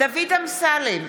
דוד אמסלם,